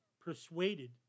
persuaded